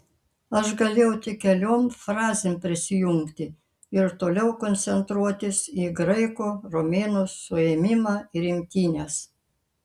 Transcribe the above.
aš galėjau tik keliom frazėm prisijungti ir toliau koncentruotis į graiko romėno suėmimą ir imtynes